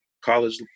college